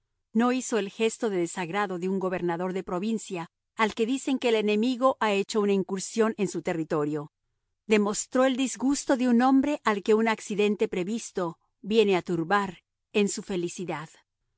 no hizo el gesto de desagrado de un gobernador de provincia al que dicen que el enemigo ha hecho una incursión en su territorio demostró el disgusto de un hombre al que un accidente previsto viene a turbar en su felicidad